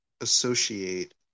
associate